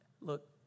look